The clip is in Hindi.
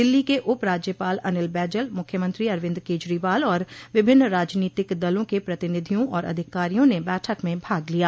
दिल्ली के उप राज्यपाल अनिल बैजल मुख्यमंत्री अरविंद केजरीवाल और विभिन्न राजनीतिक दलों के प्रतिनिधियों और अधिकारियों ने बैठक में भाग लिया